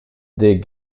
des